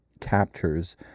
captures